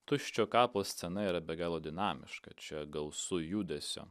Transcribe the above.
tuščio kapo scena yra be galo dinamiška čia gausu judesio